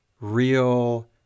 real –